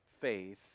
faith